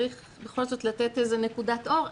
צריך בכל זאת לתת איזו נקודת אור,